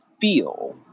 feel